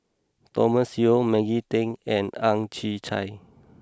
Thomas Yeo Maggie Teng and Ang Chwee Chai